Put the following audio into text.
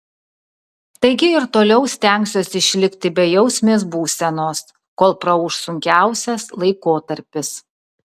taigi ir toliau stengsiuosi išlikti bejausmės būsenos kol praūš sunkiausias laikotarpis